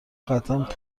قطعا